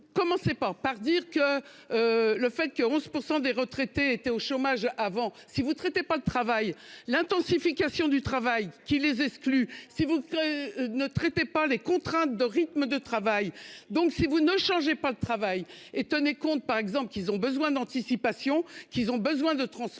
commencez par par dire que. Le fait que 11% des retraités étaient au chômage avant si vous traitez pas de travail. L'intensification du travail qui les exclut si vous. Ne traitez pas les contraintes de rythme de travail, donc si vous ne changez pas de travail et tenez compte par exemple qu'ils ont besoin d'anticipation qu'ils ont besoin de transmettre